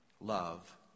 Love